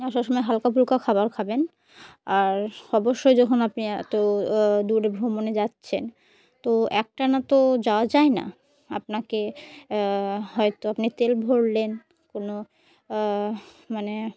সবসময় হালকা ফুলকা খাবার খাবেন আর অবশ্যই যখন আপনি এতো দূরে ভ্রমণে যাচ্ছেন তো একটা নাা তো যাওয়া যায় না আপনাকে হয়তো আপনি তেল ভরলেন কোনো মানে